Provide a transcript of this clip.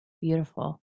Beautiful